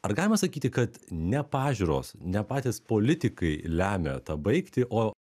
ar galima sakyti kad ne pažiūros ne patys politikai lemia tą baigtį o